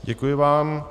Děkuji vám.